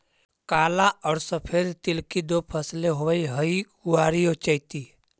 काला और सफेद तिल की दो फसलें होवअ हई कुवारी और चैती